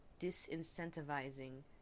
disincentivizing